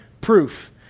proof